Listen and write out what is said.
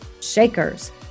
shakers